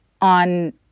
on